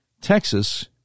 Texas